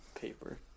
Paper